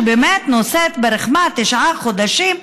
שבאמת נושאת ברחמה תשעה חודשים,